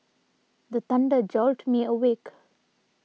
the thunder jolt me awake